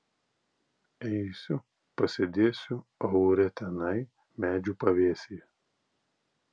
eisiu pasėdėsiu aure tenai medžių pavėsyje